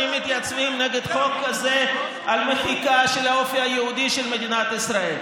על המחיקה של האופי היהודי של מדינת ישראל.